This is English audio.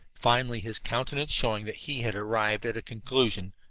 finally, his countenance showing that he had arrived at a conclusion,